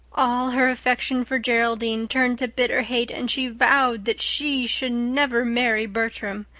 all her affection for geraldine turned to bitter hate and she vowed that she should never marry bertram.